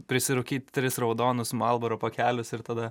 prisirūkyt tris raudonus malboro pakelius ir tada